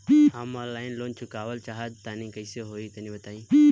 हम online loan चुकावल चाहऽ तनि कइसे होई तनि बताई?